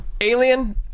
Alien